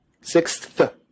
sixth